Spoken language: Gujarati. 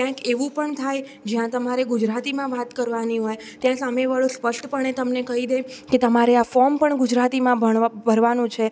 ક્યાંક એવું પણ થાય જ્યાં તમારે ગુજરાતીમાં વાત કરવાની હોય તે સામેવાળો સ્પષ્ટપણે કહી દે કે તમારે આ ફોર્મ પણ ગુજરાતીમાં ભણવા ભરવાનું છે